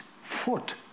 foot